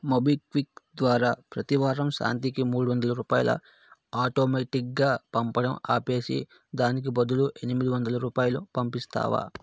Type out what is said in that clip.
MobiKwik ద్వారా ప్రతివారం శాంతికి మూడు వందల రూపాయల ఆటోమేటిక్గా పంపడం ఆపేసి దానికి బదులు ఎనిమిది వందల రూపాయలు పంపిస్తావా